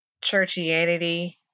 churchianity